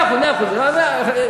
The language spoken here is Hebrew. מאה אחוז, מאה אחוז.